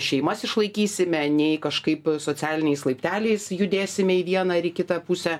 šeimas išlaikysime nei kažkaip socialiniais laipteliais judėsime į vieną ar į kitą pusę